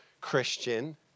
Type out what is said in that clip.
Christian